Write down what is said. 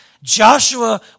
Joshua